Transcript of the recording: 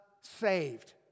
saved